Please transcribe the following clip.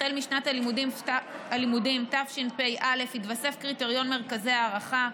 החל משנת הלימודים תשפ"א התווסף קריטריון מרכזי הערכה,